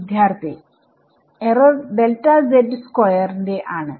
വിദ്യാർത്ഥി error delta z square ന്റെ ആണ്